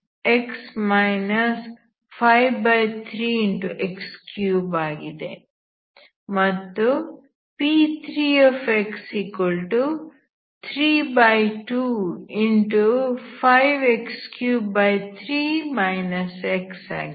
ಮತ್ತು P3x32 ಆಗಿದೆ